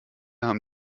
haben